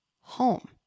home